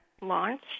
launch